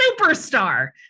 superstar